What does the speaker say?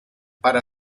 para